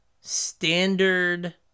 standard